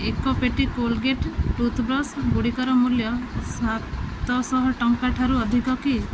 ଏକ ପେଟି Colgate toothbrush ଗୁଡ଼ିକର ମୂଲ୍ୟ ସାତଶହ ଟଙ୍କା ଠାରୁ ଅଧିକ କି